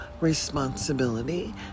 responsibility